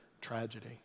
tragedy